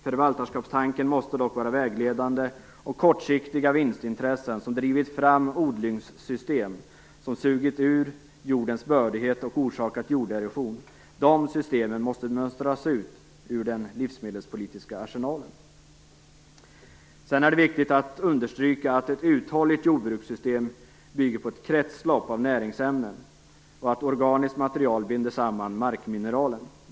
Förvaltarskapstanken måste dock vara vägledande, och kortsiktiga vinstintressen, som drivit fram odlingssystem som sugit ur jordens bördighet och orsakat jorderosion, måste mönstras ut ur den livsmedelspolitiska arsenalen. Sedan är det viktigt att understryka att ett uthålligt jordbrukssystem bygger på ett kretslopp av näringsämnen och att organiskt material binder samman markmineralet.